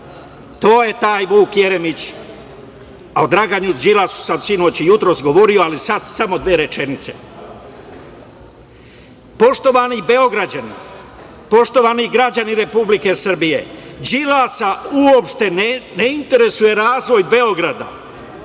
To je taj Vuk Jeremić.O Draganu Đilasu sam sinoć i jutros govorio, ali sada samo dve rečenice. Poštovani Beograđani, poštovani građani Republike Srbije Đilasa uopšte ne interesuje razvoj Beograda,